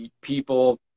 people